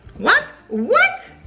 what? what!